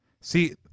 See